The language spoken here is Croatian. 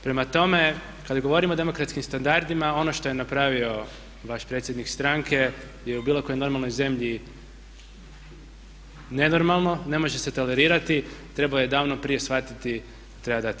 Prema tome, kada govorimo o demokratskim standardima ono što je napravio vaš predsjednik stranke je u bilo kojoj normalnoj zemlji nenormalno, ne može se tolerirati, trebao je davno prije shvatiti, treba dati ostavku.